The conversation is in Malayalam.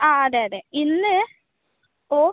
ആ അതെ അതെ ഇന്ന് ഓ